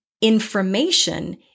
information